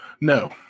No